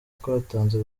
twatanze